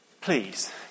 please